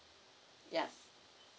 ya